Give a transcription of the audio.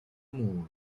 moon